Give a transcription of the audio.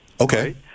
Okay